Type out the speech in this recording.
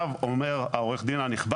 וכפועל יוצא מכך אף מטעה.